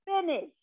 finish